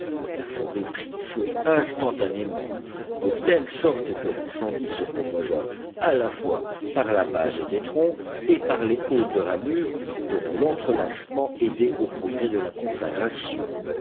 la forêt prit feu instantanément de telle sorte que l'incendie se propagea à la fois par la base des troncs et par les hautes ramures dont l'entrelacement aidait aux progrès de la conflagration